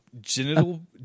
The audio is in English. genital